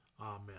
Amen